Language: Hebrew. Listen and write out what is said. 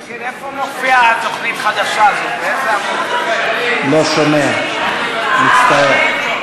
בעד, 58, נגד, 61,